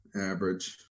Average